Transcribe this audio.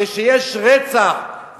כשיש רצח,